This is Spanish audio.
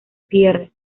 pierre